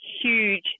huge